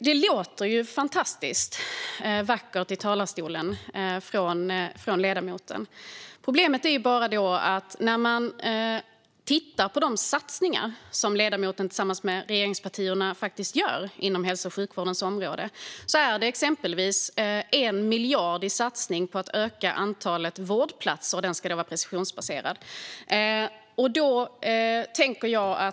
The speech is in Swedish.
Fru talman! Det låter fantastiskt vackert från ledamoten i talarstolen. Problemet är de satsningar som ledamotens parti tillsammans med regeringspartierna faktiskt gör inom hälso och sjukvårdens område, exempelvis en prestationsbaserad satsning på 1 miljard för att öka antalet vårdplatser.